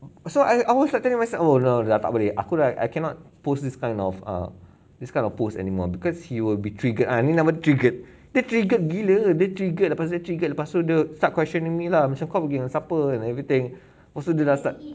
so I was like telling myself oh no no tak boleh aku dah I I cannot post this kind of err this kind of post anymore because he will be triggered eh ni nama ni triggered dia triggered gila dia triggered lepas tu dia triggered lepas tu dia start questioning me lah macam kau pergi dengan siapa and everything lepas tu dia dah start